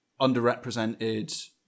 underrepresented